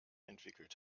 entwickelt